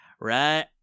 Right